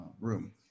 room